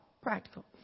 practical